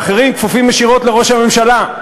ואחרים כפופים ישירות לראש הממשלה.